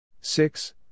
Six